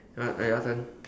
right uh your turn